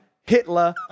Hitler